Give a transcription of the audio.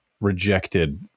rejected